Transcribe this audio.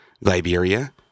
Liberia